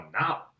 now